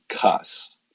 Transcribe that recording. cuss